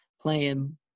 playing